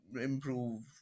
improve